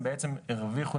הם בעצם הרוויחו,